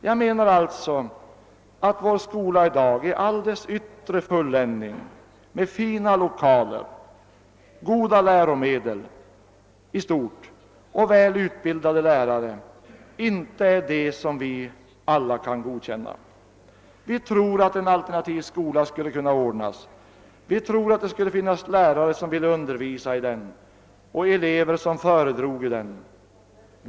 Jag menar alltså att vår skola i dag i all dess yttre fulländning med fina lokaler, goda läromedel i stort och väl utbildade lärare inte är någonting som vi alla kan godkänna. Vi tror att en alternativ skola skulle kunna ordnas. Vi tror att det finns lärare som skulle vilja undervisa i den och elever som föredroge att gå där.